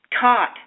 taught